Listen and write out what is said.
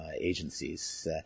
agencies